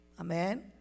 amen